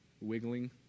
wiggling